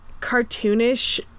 cartoonish